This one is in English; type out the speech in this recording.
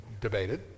debated